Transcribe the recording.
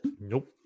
Nope